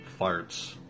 farts